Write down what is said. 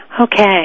Okay